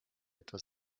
etwa